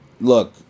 Look